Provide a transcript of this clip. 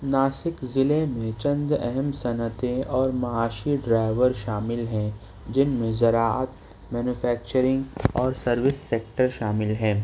ناسک ضلع میں چند اہم صنعتیں اور معاشی ڈرائیور شامل ہیں جن میں زراعت مینو فیکچرنگ اور سروس سیکٹر شامل ہیں